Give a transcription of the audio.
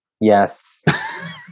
Yes